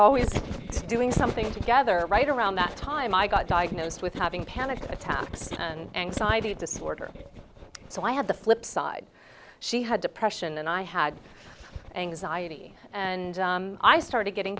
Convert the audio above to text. always doing something together right around that time i got diagnosed with having panic attacks and anxiety disorder so i had the flip side she had depression and i had anxiety and i started getting